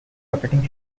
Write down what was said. operating